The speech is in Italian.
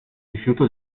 rifiuto